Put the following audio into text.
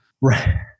Right